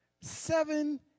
seven